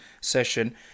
session